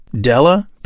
Della